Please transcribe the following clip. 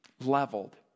leveled